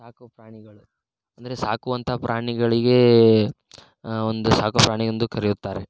ಸಾಕು ಪ್ರಾಣಿಗಳು ಅಂದರೆ ಸಾಕುವಂಥ ಪ್ರಾಣಿಗಳಿಗೆ ಒಂದು ಸಾಕು ಪ್ರಾಣಿ ಎಂದು ಕರೆಯುತ್ತಾರೆ